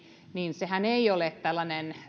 sehän ei ole tällainen